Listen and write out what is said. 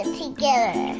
together